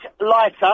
lighter